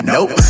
Nope